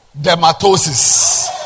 dermatosis